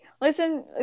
listen